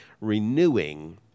renewing